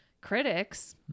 critics